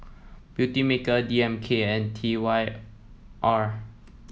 Beautymaker D M K and T Y R